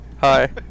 hi